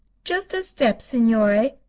just a step, signore.